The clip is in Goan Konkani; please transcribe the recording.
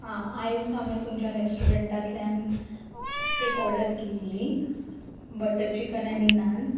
आं आयज हांवें तुमच्या रेस्टॉरंटांतल्यान एक ऑर्डर दिल्ली बटर चिकन आनी नान